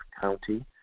county